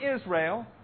Israel